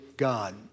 God